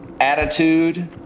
attitude